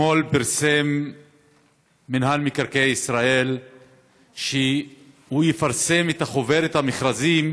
אתמול פרסם מינהל מקרקעי ישראל שהוא יפרסם את חוברת המכרזים